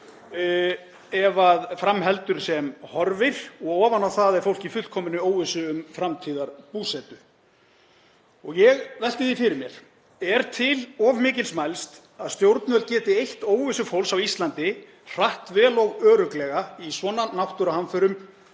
ef fram heldur sem horfir og ofan á það er fólk í fullkominni óvissu um framtíðarbúsetu. Ég velti því fyrir mér: Er til of mikils mælst að stjórnvöld geti eytt óvissu fólks á Íslandi hratt, vel og örugglega í svona náttúruhamförum